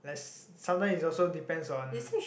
let's sometimes is also depends on